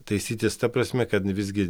taisytis ta prasme kad visgi